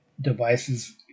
Devices